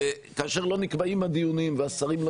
וכאשר לא נקבעים הדיונים והשרים לא